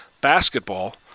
basketball